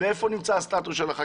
ואיפה נמצא הסטטוס של החקירה.